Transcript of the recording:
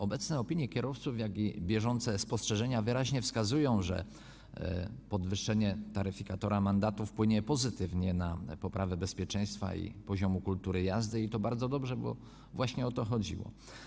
Obecne opinie kierowców i bieżące spostrzeżenia wyraźnie wskazują, że podwyższenie taryfikatora mandatów wpłynie pozytywnie na poprawę bezpieczeństwa i poziom kultury jazdy, i bardzo dobrze, bo właśnie o to chodziło.